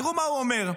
תראו מה הוא אומר: